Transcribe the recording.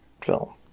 film